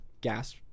gas –